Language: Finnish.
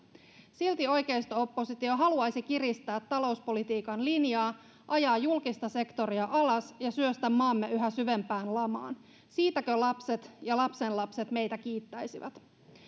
silti oikeisto oppositio haluaisi kiristää talouspolitiikan linjaa ajaa julkista sektoria alas ja syöstä maamme yhä syvempään lamaan siitäkö lapset ja lapsenlapset meitä kiittäisivät